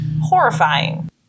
Horrifying